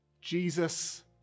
Jesus